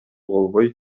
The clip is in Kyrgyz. болбой